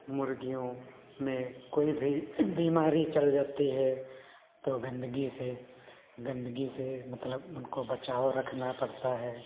मुर्गियों में कोई भी बीमारी चल जाती है तो गन्दगी से गन्दगी से मतलब उनको बचाव रखना पड़ता है